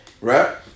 right